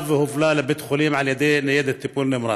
והובלה לבית חולים על ידי ניידת טיפול נמרץ,